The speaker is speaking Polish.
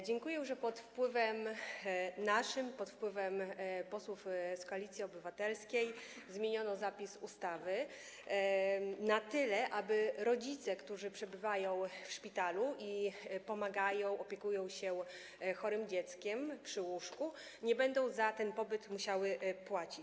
Dziękuję, że pod naszym wpływem, pod wpływem posłów z Koalicji Obywatelskiej, zmieniono zapis ustawy na tyle, że rodzice, którzy przebywają w szpitalu i pomagają, opiekują się chorym dzieckiem przy łóżku, nie będą za ten pobyt musieli płacić.